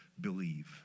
believe